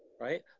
right